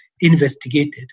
investigated